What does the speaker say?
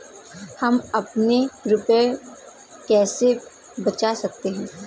हम अपने रुपये कैसे बचा सकते हैं?